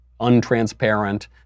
untransparent